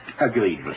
Agreed